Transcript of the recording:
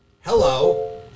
Hello